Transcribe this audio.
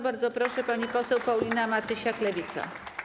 Bardzo proszę, pani poseł Paulina Matysiak, Lewica.